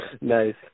Nice